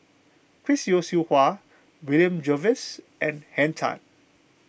Chris Yeo Siew Hua William Jervois and Henn Tan